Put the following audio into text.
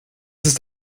ist